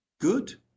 good